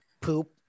poop